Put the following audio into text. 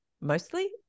mostly